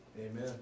Amen